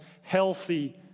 healthy